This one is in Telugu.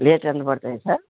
రేట్ ఎంత పడుతుంది సార్